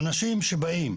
אנשים שבאים,